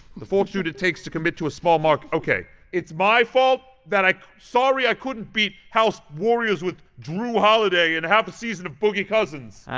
the fortitude it takes to commit to a small market. ok, it's my fault? that i sorry i couldn't beat house warriors with jrue holiday and half a season of boogie cousins.